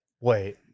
Wait